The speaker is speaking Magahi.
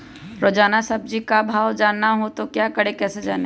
रोजाना सब्जी का भाव जानना हो तो क्या करें कैसे जाने?